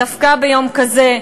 דווקא ביום כזה,